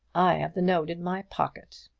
i have the note in my pocket,